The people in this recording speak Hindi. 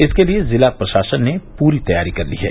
इसके लिए जिला प्रशासन ने पूरी तैयारी कर ली है